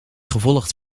gevolgd